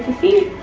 see.